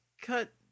cut